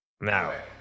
Now